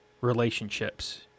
relationships